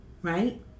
right